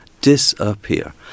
Disappear